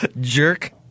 Jerk